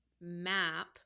map